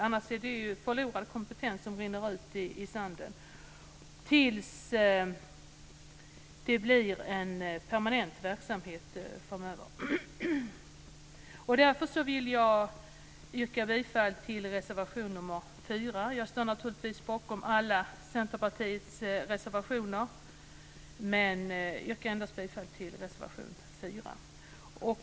Annars är det förlorad kompetens som rinner ut i sanden tills det blir en permanent verksamhet framöver. Därför vill jag yrka bifall till reservation nr 4. Jag står naturligtvis bakom alla Centerpartiets reservationer men yrkar endast bifall till reservation 4.